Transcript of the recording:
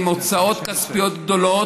עם הוצאות כספיות גדולות.